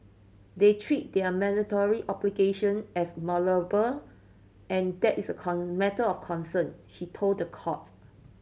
they treat their mandatory obligation as malleable and that is a matter of concern she told courts